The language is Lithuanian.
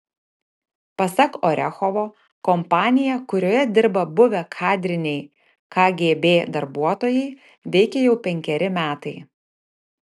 pasak orechovo kompanija kurioje dirba buvę kadriniai kgb darbuotojai veikia jau penkeri metai